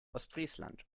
ostfriesland